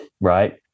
right